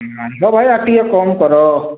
ନାଇଁ ଯେ ଭାଇ ଆର ଟିକେ କମ୍ କର